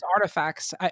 artifacts